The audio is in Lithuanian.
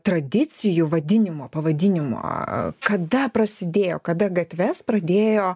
tradicijų vadinimo pavadinimo kada prasidėjo kada gatves pradėjo